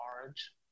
large